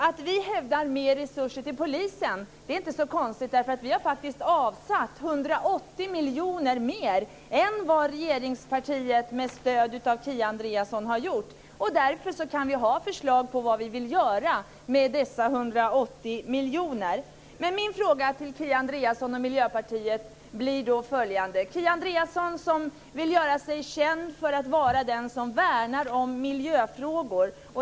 Att vi hävdar mer resurser till polisen är inte så konstigt, därför att vi faktiskt avsatt 180 miljoner mer än vad regeringspartiet med stöd av Kia Andreasson har gjort. Därför kan vi ha förslag på vad vi vill göra med dessa 180 miljoner. Min fråga till Kia Andreasson och Miljöpartiet blir följande. Kia Andreasson vill göra sig känd för att vara den som värnar miljöfrågor.